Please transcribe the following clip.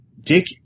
Dick